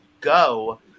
go